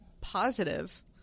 positive